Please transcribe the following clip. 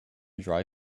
dry